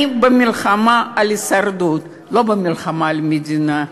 אני במלחמה על הישרדות, לא במלחמה על המדינה.